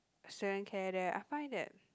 student care there I find that